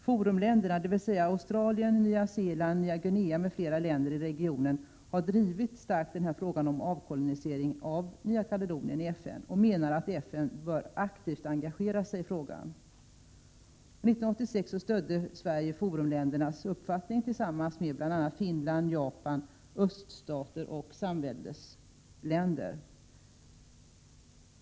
FORUM-länderna, dvs. Australien, Nya Zeeland, Nya Guinea m.fl. länder i regionen, har i FN starkt drivit frågan om en avkolonisering av Nya Kaledonien och menar att FN bör engagera sig aktivt i frågan. 1986 stödde Sverige FORUM-ländernas uppfattning tillsammans med bl.a. Finland, Japan, öststater och samväldesländer.